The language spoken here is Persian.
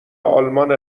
آلمان